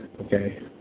okay